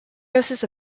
doses